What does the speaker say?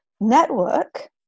network